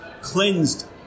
cleansed